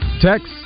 Text